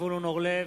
זבולון אורלב,